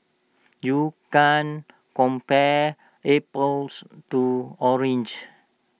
you can't compare apples to oranges